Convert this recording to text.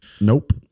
Nope